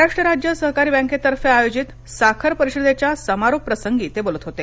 महाराष्ट्र राज्य सहकारी बँकेतर्फे आयोजित साखर परिषदेच्या समारोपप्रसंगी ते बोलत होते